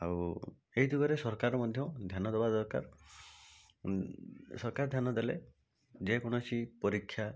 ଆଉ ଏଇ ଦିଗରେ ସରକାର ମଧ୍ୟ ଧ୍ୟାନ ଦେବା ଦରକାର ସରକାର ଧ୍ୟାନ ଦେଲେ ଯେକୌଣସି ପରୀକ୍ଷା